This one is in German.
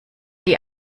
die